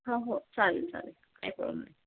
हो हो चालेल चालेल काही प्रॉब्लेम नाही